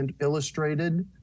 Illustrated